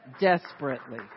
desperately